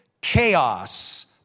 chaos